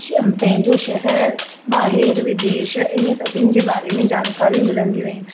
श पंहिंजो शहरु ॿाहिरि विदेश इन सभिनि जे बारे में जानकारी मिलंदियूं आहिनि